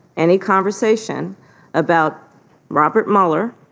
any conversation about robert mueller.